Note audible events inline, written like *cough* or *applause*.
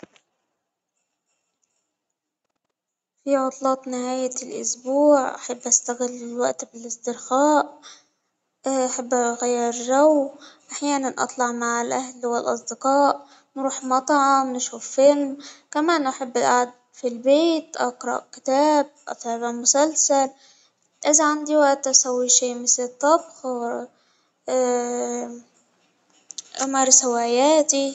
في عطلات نهاية الإسبوع أحب أشتغل الوقت بالإسترخاء، *hesitation* أحب أغير جو، أحيانا أطلع مع الأهل والأصدقاء، نروح مطعم نشوف فيلم، كما نحب القعدة في البيت، أقرأ كتاب، أتابع مسلسل، إذا عندي وقت أسوي شئ مثل الطبخ، *hesitation* أمارس هواياتي.